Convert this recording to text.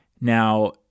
now